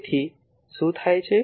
તેથી શું થાય છે